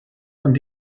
und